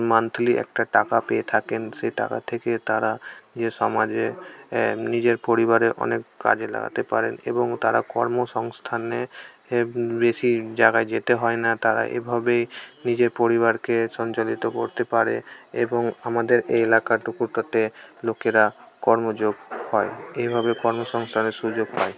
monthly একটা টাকা পেয়ে থাকেন সে টাকা থেকে তারা যে সমাজে নিজের পরিবারের অনেক কাজে লাগাতে পারেন এবং তারা কর্মসংস্থানে বেশি জায়গায় যেতে হয় না তারা এভাবেই নিজের পরিবারকে সঞ্চালিত করতে পারে এবং আমাদের এলাকাটুকুতে লোকেরা কর্মযোগ পায় এভাবে কর্মসংস্থানের সুযোগ পায়